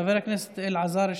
חבר הכנסת אלעזר שטרן,